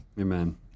Amen